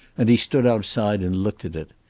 and he stood outside and looked at it.